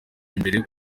imbere